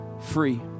free